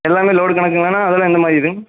எல்லாமே லோடு கணக்குலாங்கணா அதெலாம் என்ன மாதிரி இதுங்க